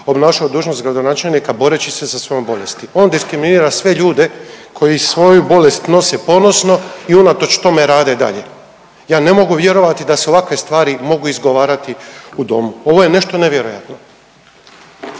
obnašao dužnost gradonačelnika boreći se sa svojom bolesti. On diskriminira sve ljude koji svoju bolest nose ponosno i unatoč tome rade i dalje. Ja ne mogu vjerovati da se ovakve stvari mogu izgovarati u Domu. Ovo je nešto nevjerojatno!